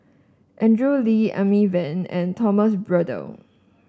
Andrew Lee Amy Van and Thomas Braddell